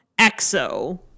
EXO